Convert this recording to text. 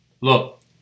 Look